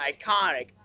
iconic